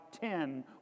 ten